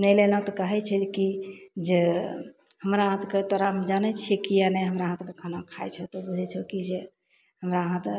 नहि लेलहुँ तऽ कहय छै जे कि जे हमरा हाथके तोरा हम जानय छियै किया नहि हमरा हाथके खाना खाइ छऽ तू बुझय छऽ कि जे हमरा हाथके